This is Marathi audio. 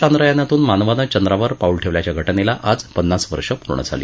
अपोलो चांद्रयानातून मानवाने चंद्रावर पाऊल ठेवल्याच्या घटनेला आज पन्नास वर्ष पुर्ण झाली